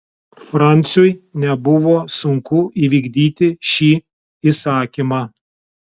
franciui nebuvo sunku įvykdyti šį įsakymą